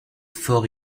fort